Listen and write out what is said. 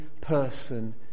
person